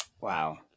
Wow